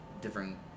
different